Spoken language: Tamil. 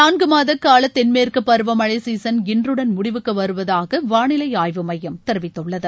நான்கு மாத கால தென் மேற்கு பருவ மனழ சீசன் இன்றுடன் முடிவுக்கு வருவதாக வானிலை ஆய்வு மையம் தெரிவித்துள்ளது